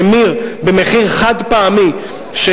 ממיר במחיר חד-פעמי של,